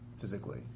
physically